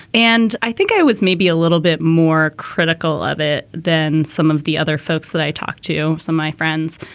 and i think i was maybe a little bit more critical of it than some of the other folks that i talked to, some my friends.